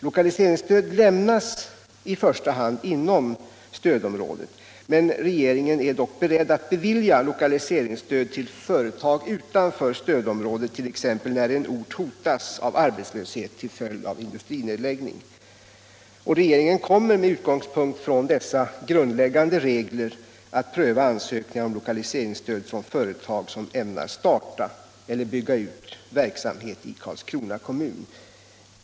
Lokaliseringsstöd lämnas i första hand inom stödområdet, men regeringen är ändå beredd att bevilja lokaliseringsstöd till företag utanför stödområdet, t.ex. när en ort hotas av arbetslöshet till följd av industrinedläggning. Regeringen kommer med utgångspunkt i dessa grundläggande regler att pröva ansökningar om lokaliseringsstöd från företag som ämnar starta eller bygga ut sin verksamhet i Karlskrona kommun.